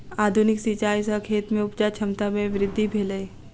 आधुनिक सिचाई सॅ खेत में उपजा क्षमता में वृद्धि भेलै